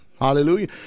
Hallelujah